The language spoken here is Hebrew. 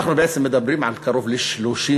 אנחנו בעצם מדברים על קרוב ל-30%.